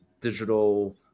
digital